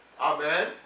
amen